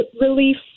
relief